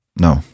No